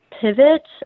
pivot